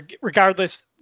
regardless